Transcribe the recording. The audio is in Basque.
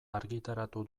argitaratu